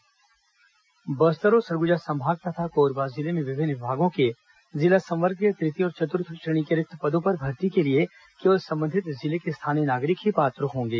स्थानीय भर्ती छूट बस्तर और सरगुजा संभाग तथा कोरबा जिले में विभिन्न विभागों के जिला संवर्ग के तृतीय और चतुर्थ श्रेणी के रिक्त पदों पर भर्ती के लिए केवल संबंधित जिले के स्थानीय नागरिक ही पात्र होंगे